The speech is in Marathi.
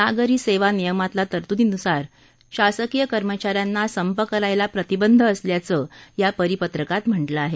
नागरी सेवा नियमातल्या तरतूदीनुसार शासकीय कर्मचाऱ्यांना संप करायला प्रतिबंध असल्याचं या परिपत्रकात म्हटलं आहे